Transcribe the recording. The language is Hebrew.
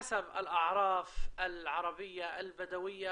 והוא נושא פתרון הסכסוכים בחברה הערבית בהתאם למסורת הערבית הבדואית